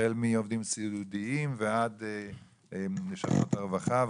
החל מעובדים סיעודיים ועד לשכות הרווחה.